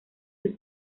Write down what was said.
sus